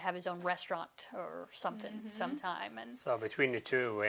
to have his own restaurant or something some time and so between the two